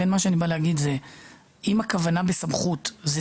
מה שאני בא להגיד זה שאם הכוונה ב"סמכות" זה